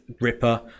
Ripper